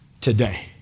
today